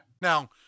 now